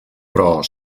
però